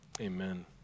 Amen